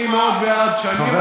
אני מאוד בעד, תן לי תשובה.